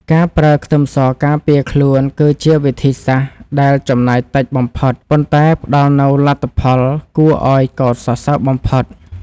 ការប្រើខ្ទឹមសការពារខ្លួនគឺជាវិធីសាស្ត្រដែលចំណាយតិចបំផុតប៉ុន្តែផ្តល់នូវលទ្ធផលគួរឱ្យកោតសរសើរបំផុត។